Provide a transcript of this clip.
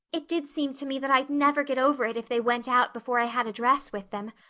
it did seem to me that i'd never get over it if they went out before i had a dress with them.